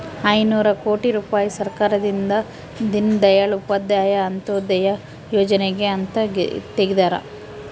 ಐನೂರ ಕೋಟಿ ರುಪಾಯಿ ಸರ್ಕಾರದಿಂದ ದೀನ್ ದಯಾಳ್ ಉಪಾಧ್ಯಾಯ ಅಂತ್ಯೋದಯ ಯೋಜನೆಗೆ ಅಂತ ತೆಗ್ದಾರ